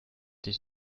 dich